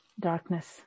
darkness